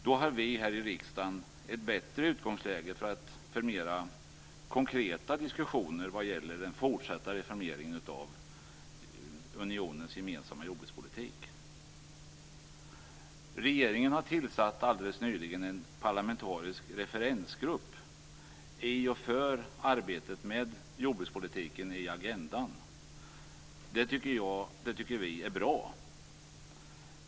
Då har vi här i riksdagen ett bättre utgångsläge för mera konkreta diskussioner vad gäller den fortsatta reformeringen av unionens gemensamma jordbrukspolitik. Regeringen har alldeles nyligen tillsatt en parlamentarisk referensgrupp i och för arbetet med jordbrukspolitiken i Agendan. Det tycker vi är bra.